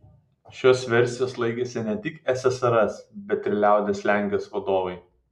šios versijos laikėsi ne tik ssrs bet ir liaudies lenkijos vadovai